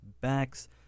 backs